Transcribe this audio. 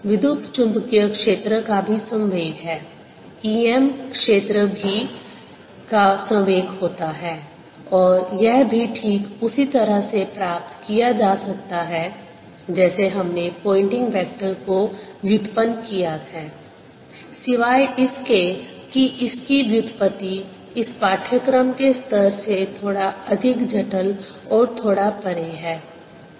विद्युत चुम्बकीय क्षेत्र का भी संवेग है EM क्षेत्र भी का भी संवेग होता है और यह भी ठीक उसी तरह से प्राप्त किया जा सकता है जैसे हमने पोयंटिंग वेक्टर को व्युत्पन्न किया है सिवाय इसके कि इसकी व्युत्पत्ति इस पाठ्यक्रम के स्तर से थोड़ा अधिक जटिल और थोड़ा परे है